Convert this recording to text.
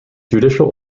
judicial